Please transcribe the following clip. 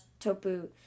Topu